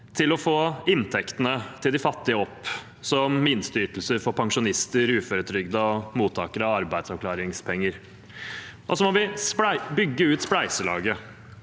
til å få inntektene til de fattige opp, som minsteytelser for pensjonister, uføretrygdede og mottakere av arbeidsavklaringspenger. Så må vi bygge ut spleiselaget